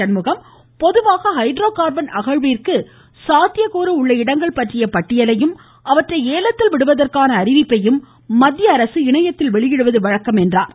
சண்முகம் பொதுவாக hydrocarbon அகழ்விற்கு சாத்தியக்கூறு உள்ள இடங்கள் பற்றிய பட்டியலையும் அவற்றை ஏலத்தில் விடுவதற்கான அறிவிப்பையும் மத்திய அரசு இணையத்தில் வெளியிடுவது வழக்கம் என்றார்